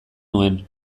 nuen